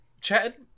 Chad